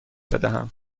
بدهم